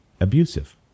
abusive